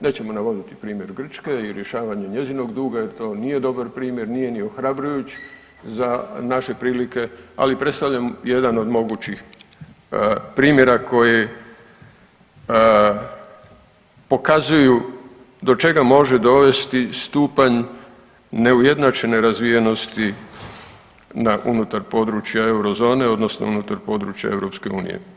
Nećemo navoditi primjer Grčke i rješavanja njezinog duga jer to nije dobar primjer, nije ni ohrabrujuć za naše prilike, ali predstavlja jedan od mogućih primjer koji pokazuju do čega može dovesti stupanj neujednačene razvijenosti na, unutar područja Eurozone odnosno unutar područja EU.